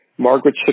Margaret